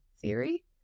theory